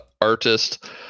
artist